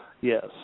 yes